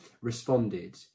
responded